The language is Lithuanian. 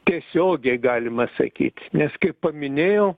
tiesiogiai galima sakyt nes kaip paminėjau